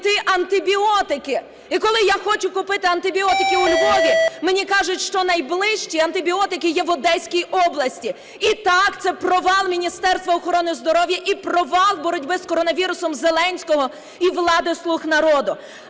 знайти антибіотики. І коли я хочу купити антибіотики у Львові, мені кажуть, що найближче антибіотики є в Одеській області. І, так, це провал Міністерства охорони здоров'я і провал боротьби з коронавірусом Зеленського і влади "слуг народу".